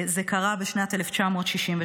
זה קרה בשנת 1963,